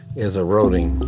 is eroding.